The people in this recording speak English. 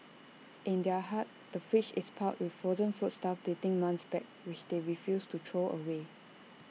in their hut the fridge is piled with frozen foodstuff dating months back which they refuse to throw away